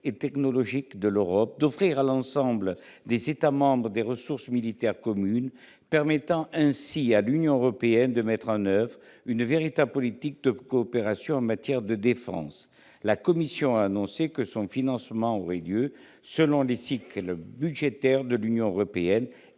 et technologique de l'Europe, d'offrir à l'ensemble des États membres des ressources militaires communes, ce qui permettra ainsi à l'Union européenne de mettre en oeuvre une véritable politique de coopération en matière de défense. La Commission a annoncé que son financement aurait lieu selon les cycles budgétaires de l'Union européenne